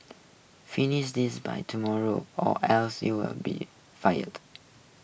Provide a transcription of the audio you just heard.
finish this by tomorrow or else you'll be fired